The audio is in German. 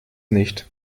nicht